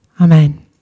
Amen